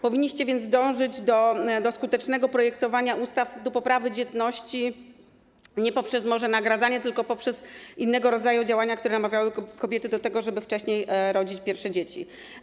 Powinniście więc dążyć do skutecznego projektowania ustaw, do poprawy dzietności może nie poprzez nagradzanie tylko przez innego rodzaju działania, które skłaniałyby kobiety do tego, żeby wcześniej rodzić pierwsze dzieci.